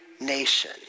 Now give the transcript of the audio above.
nation